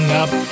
up